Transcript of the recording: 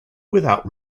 without